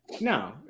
no